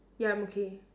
ya I'm okay